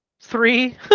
three